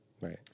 right